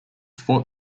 fort